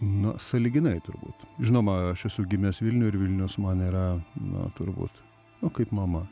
nu sąlyginai turbūt žinoma aš esu gimęs vilniuj ir vilnius man yra na turbūt nu kaip mama